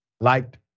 liked